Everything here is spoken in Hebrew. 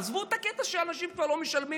עזבו את הקטע שאנשים כבר לא משלמים